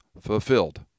fulfilled